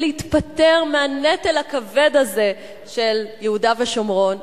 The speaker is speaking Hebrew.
להתפטר מהנטל הכבד הזה של יהודה ושומרון,